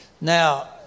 Now